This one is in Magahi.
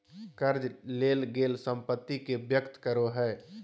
कर्ज लेल गेल संपत्ति के व्यक्त करो हइ